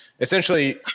Essentially